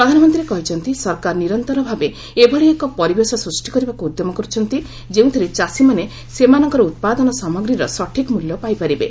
ପ୍ରଧାନମନ୍ତ୍ରୀ କହିଛନ୍ତି ସରକାର ନିରନ୍ତର ଭାବେ ଏଭଳି ଏକ ପରିବେଶ ସୃଷ୍ଟି କରିବାକୁ ଉଦ୍ୟମ କରୁଛନ୍ତି ଯେଉଁଥିରେ ଚାଷୀମାନେ ସେମାନଙ୍କ ଉତ୍ପାଦନ ସାମଗ୍ରୀର ସଠିକ୍ ମୂଲ୍ୟ ପାଇପାରିବେ